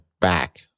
back